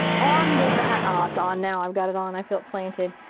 on goes the hat. ah it's on now, i've got it on. i feel it planted.